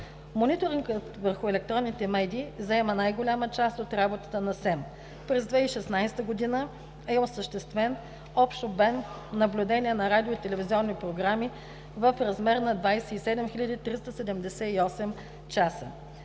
Мониторингът върху електроните медии заема най-голяма част от работата на СЕМ. През 2016 г. е осъществен общ обем наблюдение на радио- и телевизионни програми в размер на 27 378 часа.